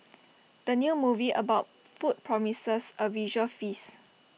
the new movie about food promises A visual feast